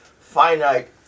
finite